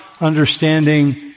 understanding